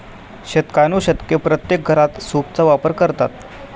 शतकानुशतके प्रत्येक घरात सूपचा वापर करतात